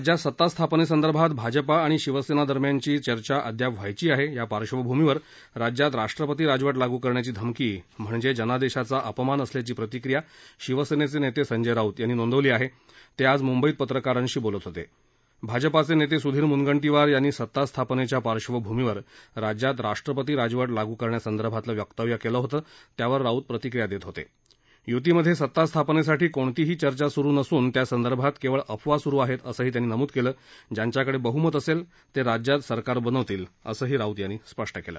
राज्यात सता स्थापन प्रभात भाजप आणि शिवसद्व दरम्यानची चर्चा अयाप व्हायची आह या पार्श्वभूमीवर राज्यात राष्ट्रपती राजवट लागू करण्याची धमकी म्हणजप जनादशाचा अपमान असल्याची प्रतिक्रीया शिवसद्वा नवः समय राऊत यावी नोंदवली आह्य त आज मुद्वईत पत्रकाराक्षी बोलत होत भाजपच नव सुधीर मुद्वगटीवार यावी सता स्थापनष्टया पार्श्वभूमीवर राज्यात राष्ट्रपती राजवट लागू करण्यासवर्भातील वक्तव्य काळ होत त्यावर राऊत प्रतिक्रीया दक्व होत युतीमध सता स्थापनक्षाठी कोणतीही चर्चा सुरू नसून त्या सव्वर्भात कघ्वळ अफवा सुरू आहव्व अस त्याव्वी नमुद काल ज्याष्ठयाकड बहुमत असक्र त राज्यात सरकार बनवतील असद्दी राऊत यांनी यावेळी स्पष्ट केलं